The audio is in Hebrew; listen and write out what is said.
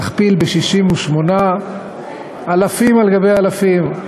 תכפיל ב-68, אלפים על גבי אלפים.